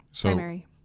primary